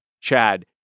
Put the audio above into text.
Chad